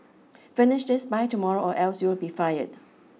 finish this by tomorrow or else you'll be fired